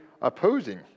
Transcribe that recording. opposing